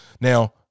Now